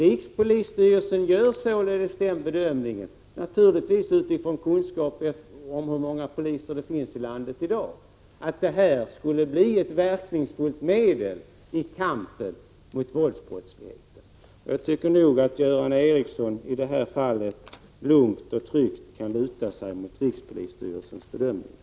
Rikspolisstyrelsen gör således den bedömningen, naturligtvis utifrån kunskapen om hur många poliser det finns i landet i dag, att detta skulle bli ett verkningsfullt medel i kampen mot våldsbrottsligheten. Jag tycker att Göran Ericsson i detta fall lugnt och tryggt kan luta sig mot rikspolisstyrelsens bedömningar.